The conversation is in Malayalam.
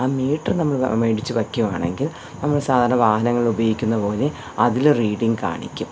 ആ മീറ്റർ നമ്മൾ മേടിച്ച് വയ്ക്കുവാണെങ്കിൽ നമ്മൾ സാധാരണ വാഹനങ്ങളിൽ ഉപയോഗിക്കുന്നത് പോലെ അതിൽ റീഡിങ്ങ് കാണിക്കും